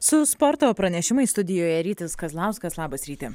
su sporto pranešimais studijoje rytis kazlauskas labas ryti